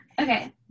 okay